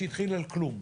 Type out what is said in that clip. שהתחיל על כלום,